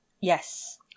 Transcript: Yes